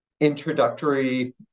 introductory